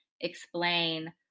explain